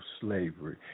slavery